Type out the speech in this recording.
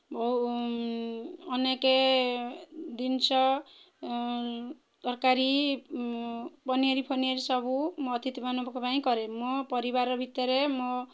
ଓ ଅନେକ ଜିନିଷ ତରକାରୀ ପନିର ଫନିର ସବୁ ମୋ ଅତିଥିମାନଙ୍କ ପାଇଁ କରେ ମୋ ପରିବାର ଭିତରେ ମୋ